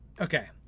okay